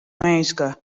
minske